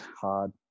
hard